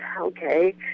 okay